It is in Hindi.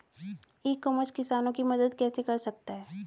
ई कॉमर्स किसानों की मदद कैसे कर सकता है?